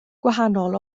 gwahanol